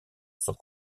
sont